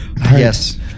Yes